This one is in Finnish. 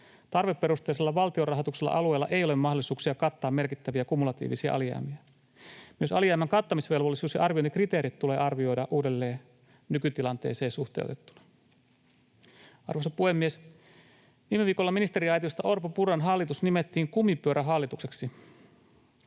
Tarveperusteisella valtionrahoituksella alueilla ei ole mahdollisuuksia kattaa merkittäviä kumulatiivisia alijäämiä. Myös alijäämän kattamisvelvollisuus ja arvioinnin kriteerit tulee arvioida uudelleen nykytilanteeseen suhteutettuna.” Arvoisa puhemies! Viime viikolla ministeriaitiosta Orpon—Purran hallitus nimettiin kumipyörähallitukseksi.